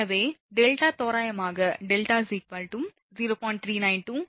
எனவே δ தோராயமாக δ 0